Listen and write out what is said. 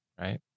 right